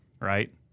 right